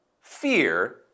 fear